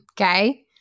okay